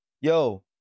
yo